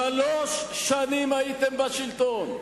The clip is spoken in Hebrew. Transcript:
שלוש שנים הייתם בשלטון.